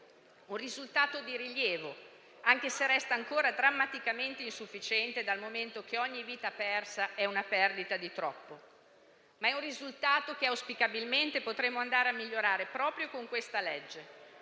un risultato di rilievo, anche se resta ancora drammaticamente insufficiente dal momento che ogni vita persa è una perdita di troppo, ma è un risultato che auspicabilmente potremmo andare a migliorare proprio con questa legge.